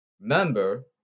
Remember